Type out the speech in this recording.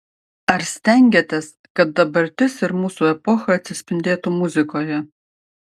ar stengiatės kad dabartis ir mūsų epocha atsispindėtų muzikoje